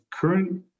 current